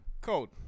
Code